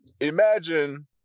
imagine